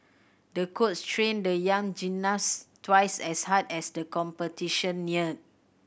the coach trained the young gymnast twice as hard as the competition neared